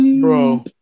Bro